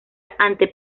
ante